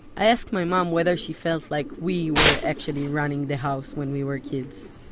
i asked my mom whether she felt like we were actually running the house when we were kids.